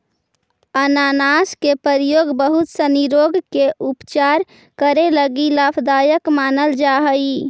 अनानास के प्रयोग बहुत सनी रोग के उपचार करे लगी लाभदायक मानल जा हई